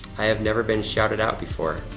i have never been shouted out before.